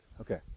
Okay